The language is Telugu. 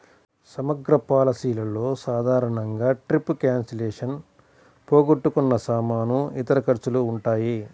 సమగ్ర పాలసీలలో సాధారణంగా ట్రిప్ క్యాన్సిలేషన్, పోగొట్టుకున్న సామాను, ఇతర ఖర్చులు ఉంటాయి